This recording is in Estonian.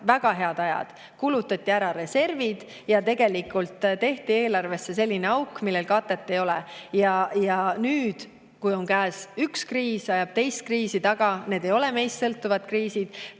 väga head ajad, kulutati ära reservid ja tehti eelarvesse selline auk, millel katet ei ole. Nüüd üks kriis ajab teist kriisi taga. Need ei ole meist sõltuvad kriisid: